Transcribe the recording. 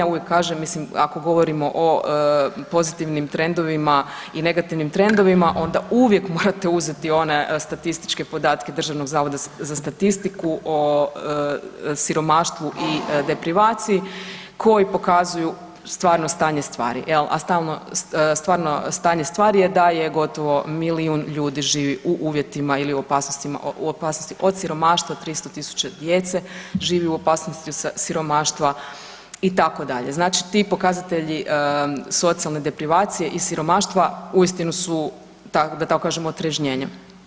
Uvijek kažem mislim ako govorimo o pozitivnim trendovima i negativnim trendovima onda uvijek morate uzeti one statističke podatke DZS-a o siromaštvu i deprivaciji koji pokazuju stvarno stanje stvari, a stvarno stanje stvari je da je gotovo milijun ljudi živi u uvjetima ili u opasnosti od siromaštva, 300.000 djece živi u opasnosti od siromaštva itd., znači ti pokazatelji socijalne deprivacije i siromaštva uistinu su da tako kažem otrežnjenje.